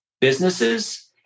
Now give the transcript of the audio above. businesses